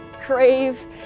crave